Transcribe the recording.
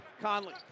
Conley